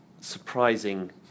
surprising